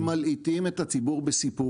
כי מלעיטים את הציבור בסיפורים.